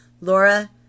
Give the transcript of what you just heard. Laura